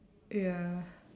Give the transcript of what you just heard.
ya